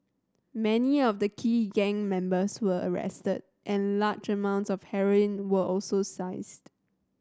many of the key gang members were arrested and large amounts of heroin were also seized